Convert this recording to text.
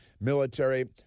military